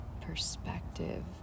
perspective